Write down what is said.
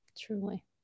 truly